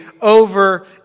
over